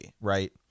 right